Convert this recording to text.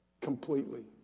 completely